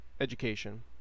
education